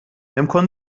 امکان